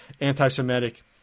anti-Semitic